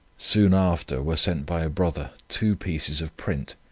soon after were sent by a brother two pieces of print,